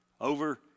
over